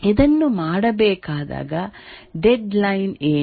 ಇದನ್ನು ಮಾಡಬೇಕಾದಾಗ deadline ಏನು